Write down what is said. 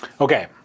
okay